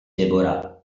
deborah